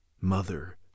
Mother